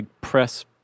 press